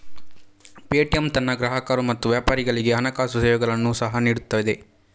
Paytm ತನ್ನ ಗ್ರಾಹಕರು ಮತ್ತು ವ್ಯಾಪಾರಿಗಳಿಗೆ ಹಣಕಾಸು ಸೇವೆಗಳನ್ನು ಸಹ ನೀಡುತ್ತದೆ